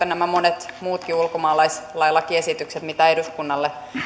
nämä monet muutkin ulkomaalaislain lakiesitykset mitä eduskunnalle